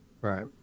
Right